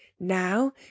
Now